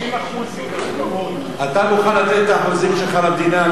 90% אתה מוכן לתת את האחוזים שלך למדינה?